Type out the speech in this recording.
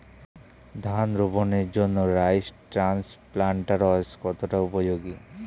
ধান রোপণের জন্য রাইস ট্রান্সপ্লান্টারস্ কতটা উপযোগী?